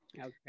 Okay